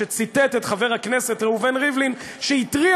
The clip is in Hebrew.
אשר ציטט את חבר הכנסת ראובן ריבלין שהתריע